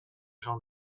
jean